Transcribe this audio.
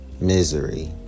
misery